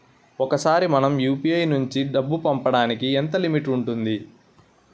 ఒకేసారి మనం యు.పి.ఐ నుంచి డబ్బు పంపడానికి ఎంత లిమిట్ ఉంటుంది?